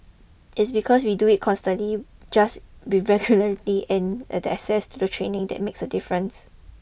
its because we do it constantly just with regularity and the access to the training that makes a difference